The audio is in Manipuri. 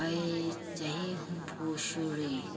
ꯑꯩ ꯆꯍꯤ ꯍꯨꯝꯐꯨ ꯁꯨꯔꯦ